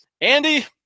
Andy